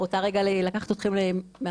אני רוצה רגע לקחת אתכם מהסרט,